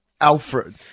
Alfred